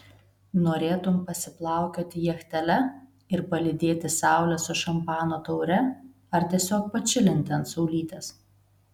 norėtum pasiplaukioti jachtele ir palydėti saulę su šampano taure ar tiesiog pačilinti ant saulytės